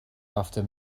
after